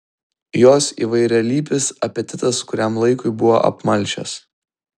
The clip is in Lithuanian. jos įvairialypis apetitas kuriam laikui buvo apmalšęs